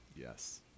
Yes